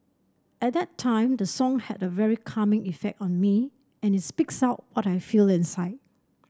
at that time the song had a very calming effect on me and it speaks out what I feel inside